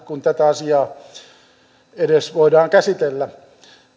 kun tätä asiaa edes voidaan käsitellä